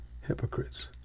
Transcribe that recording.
hypocrites